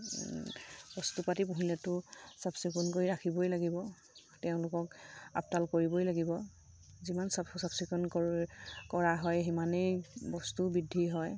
বস্তু পাতি পুহিলেতো চাফ চিকুণ কৰি ৰাখিবই লাগিব তেওঁলোকক আপডাল কৰিবই লাগিব যিমান চাফ চাফ চিকুণ কৰোঁ কৰা হয় সিমানেই বস্তুও বৃদ্ধি হয়